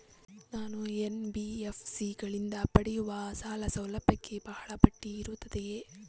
ನಾನು ಎನ್.ಬಿ.ಎಫ್.ಸಿ ಗಳಿಂದ ಪಡೆಯುವ ಸಾಲ ಸೌಲಭ್ಯಕ್ಕೆ ಬಹಳ ಬಡ್ಡಿ ಇರುತ್ತದೆಯೇ?